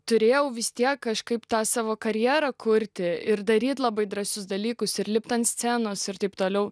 turėjau vis tiek kažkaip tą savo karjerą kurti ir daryti labai drąsius dalykus ir lipt ant scenos ir taip toliau